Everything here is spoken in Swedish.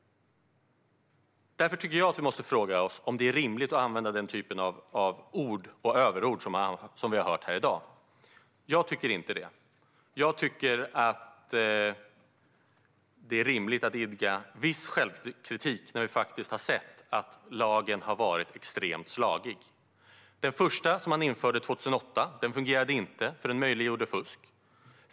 Därför tycker jag att vi måste fråga oss om det är rimligt att använda den typen av ord och överord som vi har hört här i dag. Jag tycker inte det. Jag tycker att det är rimligt att idka viss självkritik när vi faktiskt har sett att lagen har varit extremt slagig. Den första, som man införde 2008, fungerade inte, för den möjliggjorde fusk.